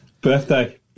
Birthday